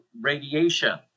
radiation